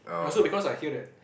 ya so because I hear that